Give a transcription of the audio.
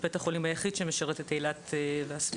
זה בית החולים היחיד שמשרת את אילת והסביבה,